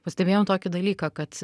pastebėjom tokį dalyką kad